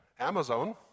Amazon